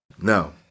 no